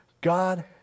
God